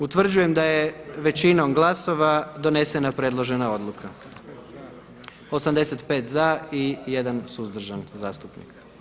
Utvrđujem da je većinom glasova donesena predložena oduka, 85 za i 1 suzdržan zastupnik.